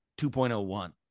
2.01